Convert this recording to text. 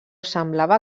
semblava